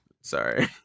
Sorry